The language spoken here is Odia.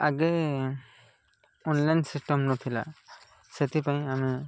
ଆଗେ ଅନଲାଇନ୍ ସିଷ୍ଟମ୍ ନଥିଲା ସେଥିପାଇଁ ଆମେ